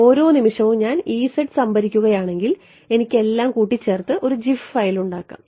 ഓരോ നിമിഷവും ഞാൻ സംഭരിക്കുകയാണെങ്കിൽ എനിക്ക് എല്ലാം കൂട്ടിച്ചേർത്ത് ഒരു ജിഫ് ഫയൽ ഉണ്ടാക്കാം